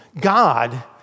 God